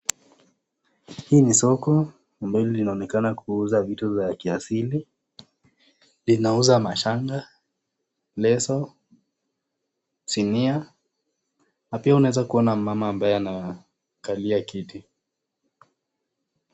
Hii ni soko ambalo inaonekana kuuza vitu za kiasili, linauza mashanga, leso, sinia, na pia unaweza kuona mama ambaye anakalia kiti.